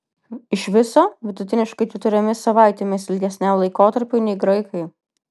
iš viso vidutiniškai keturiomis savaitėmis ilgesniam laikotarpiui nei graikai